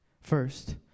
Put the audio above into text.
First